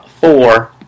four